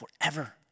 forever